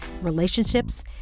relationships